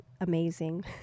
amazing